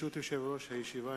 ברשות יושב-ראש הישיבה,